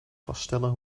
vaststellen